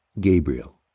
Gabriel